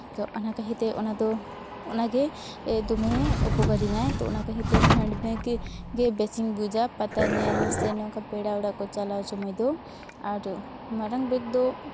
ᱚᱱᱟ ᱠᱷᱟᱹᱛᱤᱨ ᱛᱮ ᱚᱱᱟᱫᱚ ᱚᱱᱟᱜᱮ ᱫᱚᱢᱮ ᱩᱯᱚᱠᱟᱨᱤᱧᱟᱭ ᱚᱱᱟ ᱠᱷᱟᱹᱛᱤᱨ ᱛᱮ ᱦᱮᱱᱰ ᱵᱮᱜᱽ ᱜᱮ ᱵᱮᱥᱤᱧ ᱵᱩᱡᱟ ᱯᱟᱛᱟ ᱧᱮᱞ ᱥᱮ ᱱᱚᱝᱠᱟ ᱯᱮᱲᱟ ᱚᱲᱟᱜ ᱠᱚ ᱪᱟᱞᱟᱣ ᱥᱚᱢᱚᱭ ᱫᱚ ᱟᱨ ᱢᱟᱨᱟᱝ ᱵᱮᱜᱽ ᱫᱚ